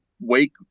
Wake